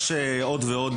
יש עוד ועוד